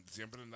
Siempre